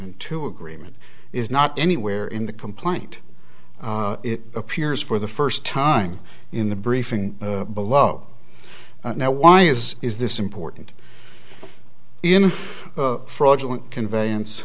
and two agreement is not anywhere in the complaint it appears for the first time in the briefing below now why is is this important in a fraudulent conveyance